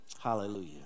Hallelujah